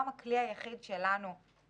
הכלי היחיד שלנו היום,